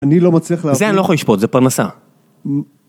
אני לא מצליח לעבוד... זה אני לא יכול לשפוט, זה פרנסה.